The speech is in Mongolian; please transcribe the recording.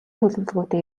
төлөвлөгөөтэй